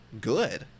good